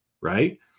right